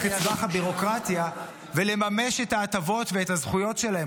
את סבך הביורוקרטיה ולממש את ההטבות ואת הזכויות שלהם.